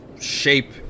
shape